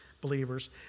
believers